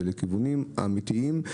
זה לכיוונים אמיתיים.